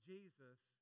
Jesus